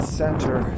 center